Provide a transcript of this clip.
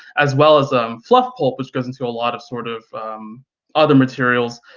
as well as um fluff pulp, which goes into a lot of sort of other materials.